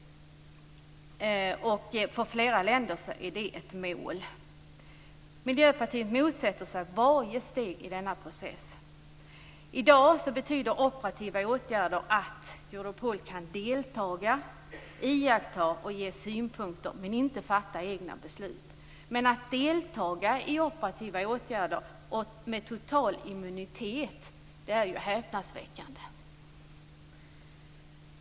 För flera länder är det ett mål. Miljöpartiet motsätter sig varje steg i denna process. I dag betyder operativa åtgärder att Europol kan delta, iaktta och ge synpunkter men inte fatta egna beslut. Men att man skall kunna delta i operativa åtgärder med total immunitet är häpnadsväckande.